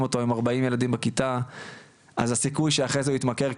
אותו עם 40 ילדים בכיתה אז הסיכוי שאחרי זה הוא התמכר,